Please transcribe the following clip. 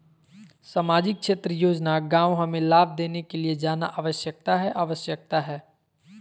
सामाजिक क्षेत्र योजना गांव हमें लाभ लेने के लिए जाना आवश्यकता है आवश्यकता है?